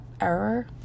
Error